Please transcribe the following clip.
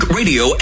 radio